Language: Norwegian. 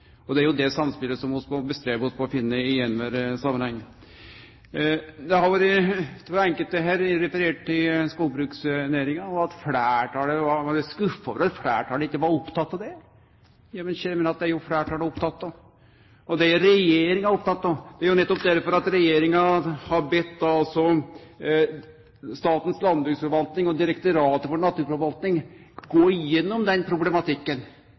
Det er det samspelet som vi må prøve å finne i alle samanhengar. Enkelte har her referert til skogbruksnæringa og sagt at dei er skuffa over at fleirtalet ikkje har vore opptekne av den næringa. Ja, men kjære, fleirtalet er jo opptekne av skogbruksnæringa, og det er regjeringa òg oppteken av. Det er nettopp derfor regjeringa har bedt Statens landbruksforvalting og Direktoratet for naturforvalting gå gjennom den problematikken,